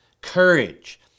courage